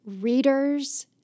readers